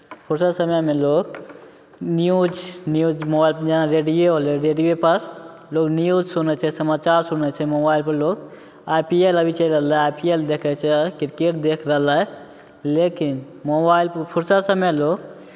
फुरसत समयमे लोक न्यूज न्यूज मोबाइलपर जेना रेडियो होलै रेडियोपर लोक न्यूज सुनै छै समाचार सुनै छै मोबाइलपर लोक आई पी एल अभी चलि रहलै आई पी एल देखै छै क्रिकेट देख रहलै लेकिन मोबाइलपर फुरसत समय लोक